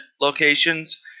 locations